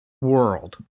world